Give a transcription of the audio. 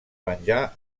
venjar